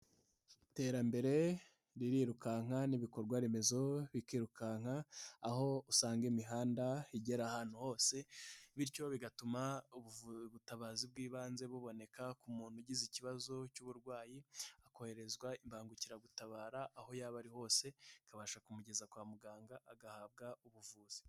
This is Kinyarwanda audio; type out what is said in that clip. iterambere ririrukanka n'ibikorwa remezo bikirukanka, aho usanga imihanda igera ahantu hose, bityo bigatuma ubutabazi bw'ibanze buboneka ku muntu ugize ikibazo cy'uburwayi, hakoherezwa imbangukiragutabara aho yaba ari hose, ikabasha kumugeza kwa muganga agahabwa ubuvuzi.